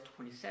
27